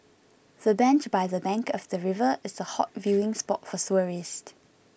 the bench by the bank of the river is a hot viewing spot for tourists